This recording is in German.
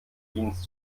dienst